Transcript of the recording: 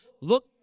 Look